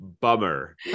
bummer